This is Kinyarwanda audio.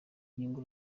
inyungu